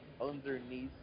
underneath